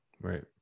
Right